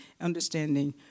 understanding